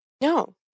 No